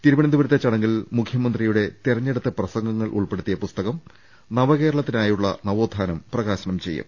തിരുവനന്തപുരത്തെ ചടങ്ങിൽ മുഖ്യമന്ത്രിയുടെ തെരഞ്ഞെ ടുത്ത പ്രസംഗങ്ങൾ ഉൾപെടുത്തിയ പുസ്തകം നവകേരളത്തിനാ യുള്ള നവോത്ഥാനം പ്രകാശനം ചെയ്യും